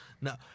Now